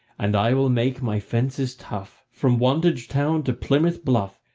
and i will make my fences tough from wantage town to plymouth bluff,